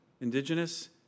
indigenous